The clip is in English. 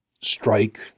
strike